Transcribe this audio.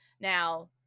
Now